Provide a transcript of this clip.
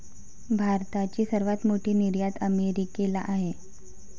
भारताची सर्वात मोठी निर्यात अमेरिकेला आहे